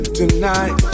tonight